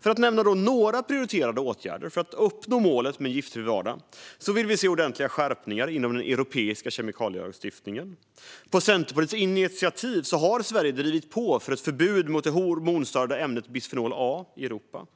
För att nämna några prioriterade åtgärder för att uppnå målet med en giftfri vardag vill vi se ordentliga skärpningar inom den europeiska kemikalielagstiftningen. På Centerpartiets initiativ har Sverige drivit på för ett förbud mot det hormonstörande ämnet bisfenol A i Europa.